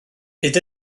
fydd